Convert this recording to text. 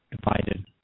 divided